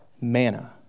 Manna